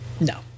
No